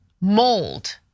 mold